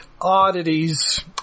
oddities